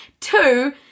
two